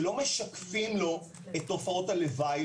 שלא משקפים לו את תופעות הלוואי,